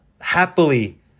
happily